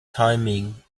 timing